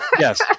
Yes